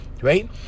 Right